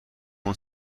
اون